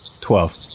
Twelve